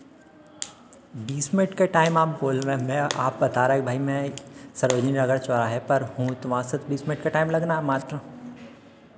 बीस मिनट का टाइम आप बोलने में आप बता रहे हैं भाई मैं सरोजनी नगर चौराहे पर हूँ तो वहाँ से तो बीस मिनट का टाइम लगना है मात्र